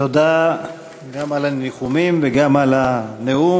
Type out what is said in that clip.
תודה, גם על הניחומים וגם על הנאום.